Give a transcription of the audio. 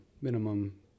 minimum